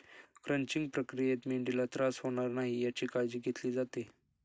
crunching प्रक्रियेत मेंढीला त्रास होणार नाही याची काळजी घेतली जाते